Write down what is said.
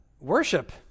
Worship